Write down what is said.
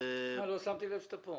כל הקבוצות מקבלות את ההנחה הזאת,